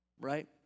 right